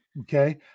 Okay